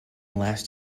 last